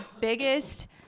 biggest